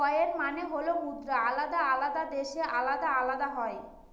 coin মানে হল মুদ্রা আলাদা আলাদা দেশে আলাদা আলাদা হয়